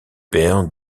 père